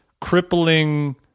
crippling